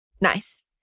Nice